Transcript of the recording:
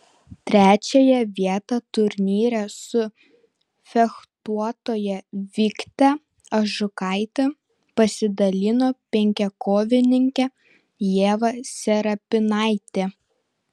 trečiąją vietą turnyre su fechtuotoja vikte ažukaite pasidalino penkiakovininkė ieva serapinaitė